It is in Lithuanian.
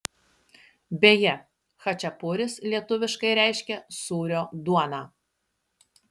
beje chačiapuris lietuviškai reiškia sūrio duoną